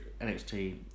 NXT